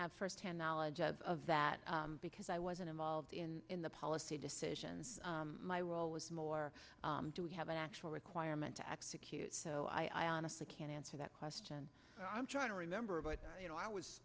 have firsthand knowledge of that because i wasn't involved in in the policy decisions my role was more to have an actual requirement to execute so i honestly can't answer that question i'm trying to remember but you know i was